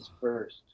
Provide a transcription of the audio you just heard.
First